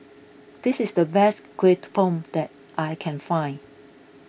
this is the best Bom that I can find